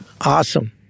Awesome